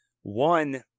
One